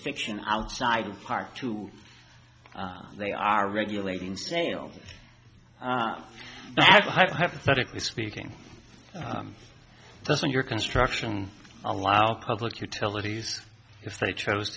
diction outside part two they are regulating sales that hypothetically speaking doesn't your construction allow public utilities if they chose